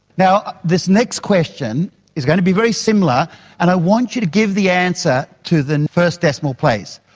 now, this next question is going to be very similar and i want you to give the answer to the first decimal place.